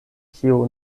kiu